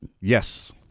yes